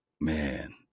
Man